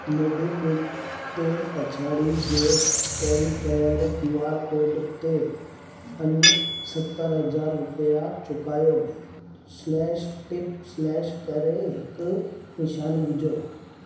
MobiKwik ते पछाड़ीअ जे स्कैन कयल क्यू आर कोड ते अञा सतरि हज़ार रुपिया चुकायो स्लेश टिप स्लेश करे हिकु निशानु विझो